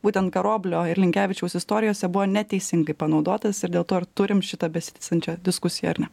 būtent karoblio ir linkevičiaus istorijose buvo neteisingai panaudotas ir dėl to ir turim šitą besitęsiančią diskusiją ar ne